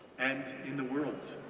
and in the world.